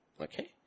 okay